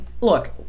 look